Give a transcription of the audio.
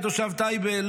כתושב טייבה,